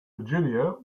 virginia